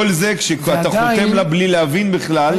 וכל זה כשאתה חותם לה בלי להבין בכלל,